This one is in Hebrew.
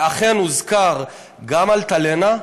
ואכן הוזכרו גם "אלטלנה",